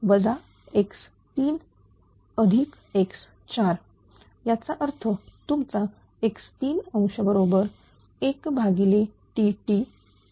Tt x3 x4 याचा अर्थ तुमचा x3